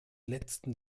letzten